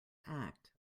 act